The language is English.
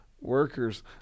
workers